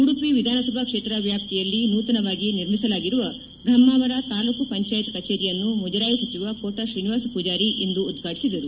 ಉಡುಪಿ ವಿಧಾನಸಭಾ ಕ್ಷೇತ್ರ ವ್ಯಾಪ್ತಿಯಲ್ಲಿ ನೂತನವಾಗಿ ನಿರ್ಮಿಸಲಾಗಿರುವ ಬ್ರಹ್ಮಾವರ ತಾಲೂಕು ಪಂಚಾಯತ್ ಕಚೇರಿಯನ್ನು ಮುಜರಾಯಿ ಸಚಿವ ಕೋಟ ಶ್ರೀನಿವಾಸ ಪೂಜಾರಿ ಇಂದು ಉದ್ಘಾಟಿಸಿದರು